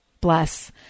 bless